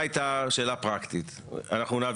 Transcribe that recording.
נכון.